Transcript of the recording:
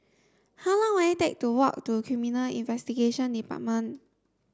how long will it take to walk to Criminal Investigation Department